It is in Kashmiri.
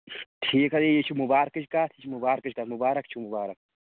ٹھیٖک حظ یہِ چھِ مُبارکٕچ کَتھ یہِ چھِ مُبارکٕچ کَتھ مُبارک چھُو مُبارک